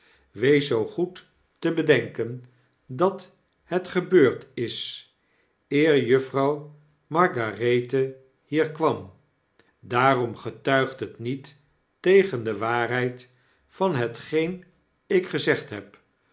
wees zoo goed te bedenken dat het gebeurd is eer juffrouw margarethe hier kwam daarom getuigt het niet tegen de waarheid van hetgeen ik gezegd heb